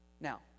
Now